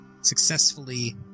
successfully